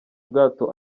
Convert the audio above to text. bwato